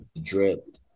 drip